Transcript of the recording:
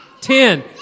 Ten